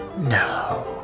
No